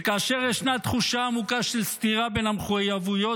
וכאשר ישנה תחושה עמוקה של סתירה בין המחויבויות